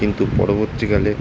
কিন্তু পরবর্তীকালে